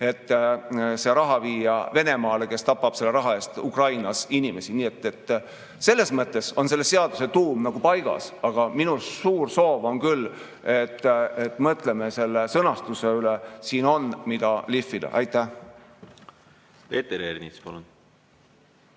et see raha viia Venemaale, kes tapab selle raha eest Ukrainas inimesi. Nii et selles mõttes on selle seaduse tuum nagu paigas, aga minu suur soov on küll, et mõtleme selle sõnastuse üle. Siin on, mida lihvida. Aitäh!